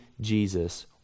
Jesus